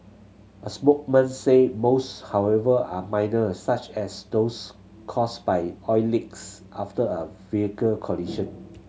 a spoke man said most however are minor such as those caused by oil leaks after a vehicle collision